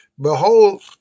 Behold